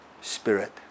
spirit